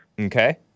Okay